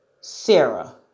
Sarah